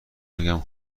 بگم